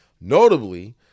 notably